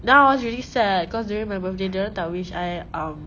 then I was really sad cause during my birthday dorang tak wish I um